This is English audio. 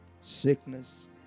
sickness